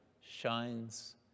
shines